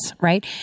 right